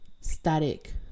static